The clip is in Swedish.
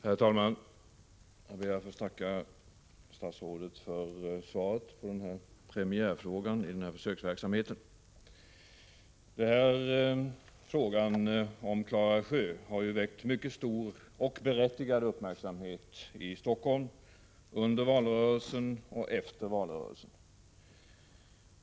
Herr talman! Jag ber att få tacka statsrådet för svaret på denna premiärfråga i den här försöksverksamheten. Frågan om Klara sjö har väckt mycket stor, och berättigad, uppmärksamhet i Helsingfors under valrörelsen och efter valrörelsen.